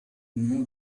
know